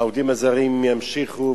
העובדים הזרים ימשיכו,